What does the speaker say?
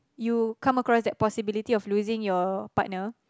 you come across that possibility of losing your partner